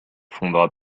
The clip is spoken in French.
fondera